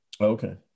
Okay